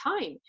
time